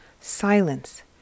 Silence